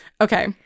Okay